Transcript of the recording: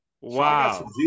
wow